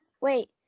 wait